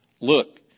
Look